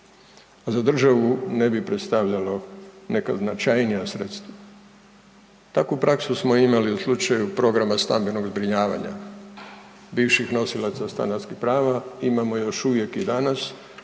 A za državu ne bi predstavljalo neka značajnija sredstva. Takvu praksu smo imali u slučaju programa stambenog zbrinjavanja, bivših nosilaca stanarskih prava, imamo još uvijek i danas